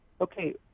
okay